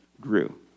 grew